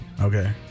Okay